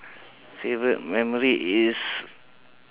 favourite memory is